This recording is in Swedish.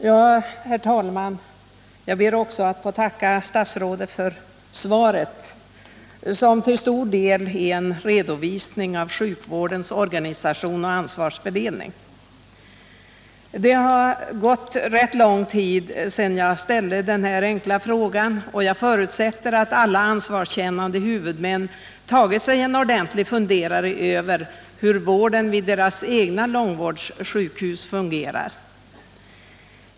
Herr talman! Jag ber också att få tacka statsrådet för svaret, som ju till stor del är en redovisning av sjukvårdens organisation och ansvarsfördelning. Det har gått rätt lång tid sedan jag ställde min fråga, och jag förutsätter att alla ansvarskännande huvudmän tagit sig en ordentlig funderare på hur vården vid deras egna långvårdssjukhus fungerar.